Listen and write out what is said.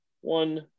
one